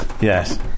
Yes